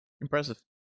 Impressive